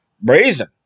brazen